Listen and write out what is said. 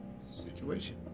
situation